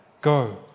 Go